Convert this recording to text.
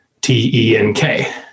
T-E-N-K